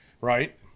Right